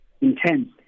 intense